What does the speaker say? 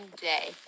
day